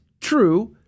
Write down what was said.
True